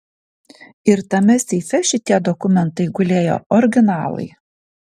ir tame seife šitie dokumentai gulėjo originalai